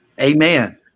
amen